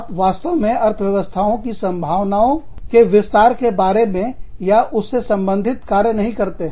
आप वास्तव में अर्थव्यवस्थाओं की संभावनाओं के विस्तार के बारे में या उससे संबंधित कार्य नहीं करते हैं